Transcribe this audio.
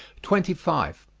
twenty five.